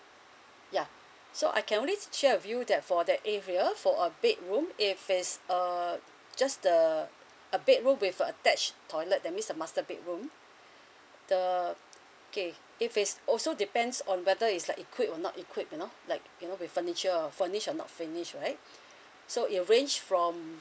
yeah so I can only share with you that for that area for a bedroom if is uh just the a bedroom with attached toilet that means a master bedroom the okay if it's also depends on whether is like equipped or not equipped you know like you know with furniture furnished or not furnished right so your range from